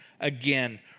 again